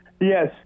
Yes